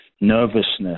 nervousness